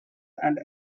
and